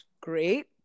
great